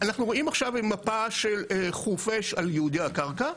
אנחנו רואים עכשיו מפה של חורפיש על ייעודי הקרקע,